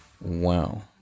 wow